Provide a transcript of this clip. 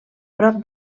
prop